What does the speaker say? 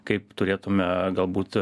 kaip turėtume galbūt